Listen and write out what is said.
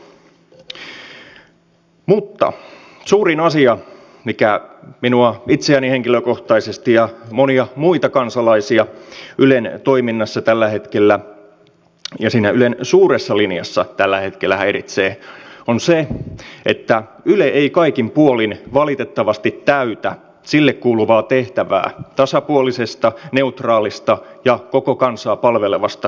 mutta suurin asia mikä minua itseäni henkilökohtaisesti ja monia muita kansalaisia ylen toiminnassa ja siinä ylen suuressa linjassa tällä hetkellä häiritsee on se että yle ei kaikin puolin valitettavasti täytä sille kuuluvaa tehtävää tasapuolisesta neutraalista ja koko kansaa palvelevasta tiedonvälityksestä